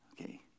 Okay